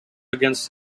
against